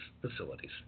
facilities